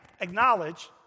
acknowledge